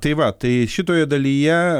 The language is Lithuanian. tai va tai šitoje dalyje